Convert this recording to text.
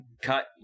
cut